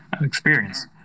experience